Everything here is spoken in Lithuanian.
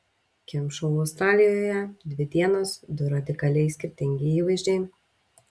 kim šou australijoje dvi dienos du radikaliai skirtingi įvaizdžiai